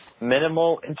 Minimal